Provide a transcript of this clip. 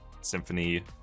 Symphony